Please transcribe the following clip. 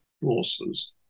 forces